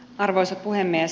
arvoisa puhemies